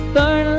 Burn